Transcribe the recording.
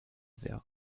wäre